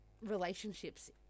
relationships